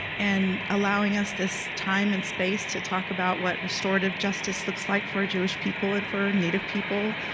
and allowing us this time and space to talk about what restorative justice looks like for jewish people and for native people,